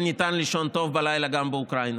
ניתן לישון טוב בלילה גם באוקראינה.